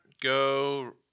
go